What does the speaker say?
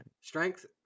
Strength